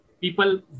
people